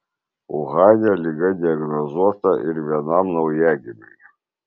uhane liga diagnozuota ir vienam naujagimiui